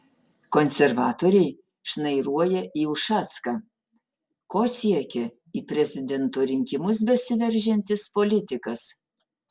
konservatoriai šnairuoja į ušacką ko siekia į prezidento rinkimus besiveržiantis politikas